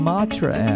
Matra